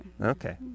Okay